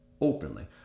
openly